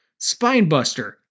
Spinebuster